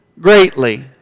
greatly